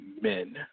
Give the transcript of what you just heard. men